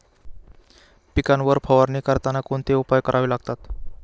पिकांवर फवारणी करताना कोणते उपाय करावे लागतात?